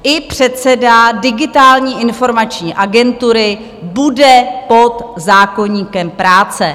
I předseda Digitální informační agentury bude pod zákoníkem práce.